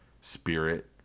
spirit